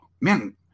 man